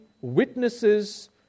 witnesses